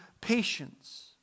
patience